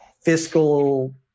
fiscal